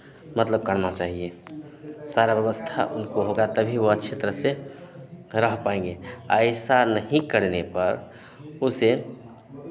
मतलब करना चाहिए सारा व्यवस्था उनको होगा तभी वो अच्छी तरह से रह पाएंगे ऐसा नहीं करने पर उसे